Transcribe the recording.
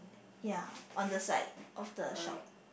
ya on the side of the shop